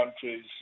countries